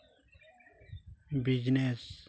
business